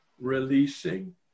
Releasing